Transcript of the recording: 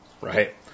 right